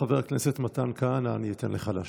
חבר הכנסת מתן כהנא, אני אתן לך להשלים,